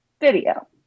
Video